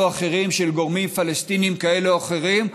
או אחרים של גורמים פלסטיניים כאלה או אחרים,